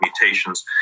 mutations